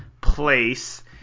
place